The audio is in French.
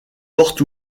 portes